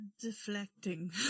deflecting